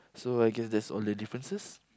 so I guess that's all the differences